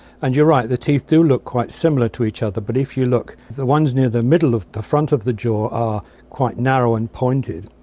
and you're right, the teeth do look quite similar to each other, but if you look, the ones near the middle of the front of the jaw are quite narrow and pointed,